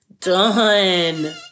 Done